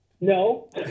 No